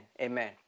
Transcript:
amen